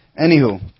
Anywho